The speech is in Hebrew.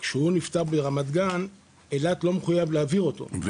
אם אדם נפטר ברמת גן אין מחויבות להעביר אותו לאילת.